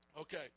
Okay